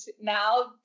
now